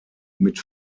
mit